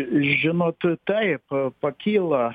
žinot taip pakyla